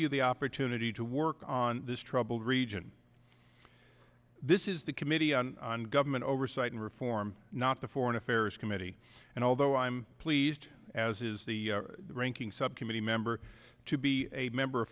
you the opportunity to work on this troubled region this is the committee on government oversight and reform not the foreign affairs committee and although i'm pleased as is the ranking subcommittee member to be a member of